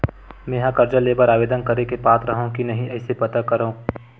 मेंहा कर्जा ले बर आवेदन करे के पात्र हव की नहीं कइसे पता करव?